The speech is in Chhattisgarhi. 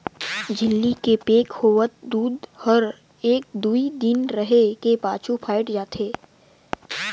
झिल्ली के पैक होवल दूद हर एक दुइ दिन रहें के पाछू फ़ायट जाथे